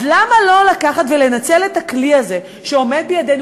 אז למה לא לקחת ולנצל את הכלי הזה שעומד בידינו?